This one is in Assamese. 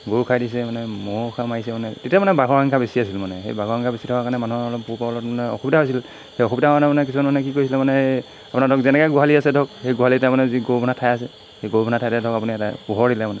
গৰু খাই দিছে মানে ম'হো খাই মাৰিছে মানে তেতিয়া মানে বাঘৰ সংখ্যা বেছি আছিল মানে সেই বাঘৰ সংখ্যা বেছি থকা কাৰণে মানুহৰ অলপ পোহ পালনত অসুবিধা হৈছিল সেই অসুবিধা মানে মানে কিছুমান মানুহে কি কৰিছিল মানে আপোনাৰ ধৰক যেনেকৈ গোহালি আছে ধৰক সেই গোহালিতে মানে যি গৰু বন্ধা ঠাই আছে সেই গৰু বন্ধা ঠাইতে ধৰক আপুনি এটা পোহৰ দিলে মানে